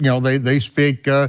you know they they speak,